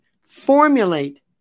formulate